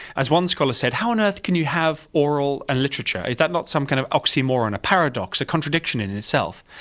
as one scholar said, how on earth can you have oral and literature? is that not some kind of oxymoron, a paradox, a contradiction in itself?